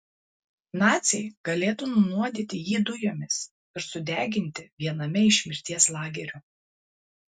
naciai galėtų nunuodyti jį dujomis ir sudeginti viename iš mirties lagerių